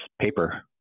paper